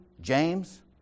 James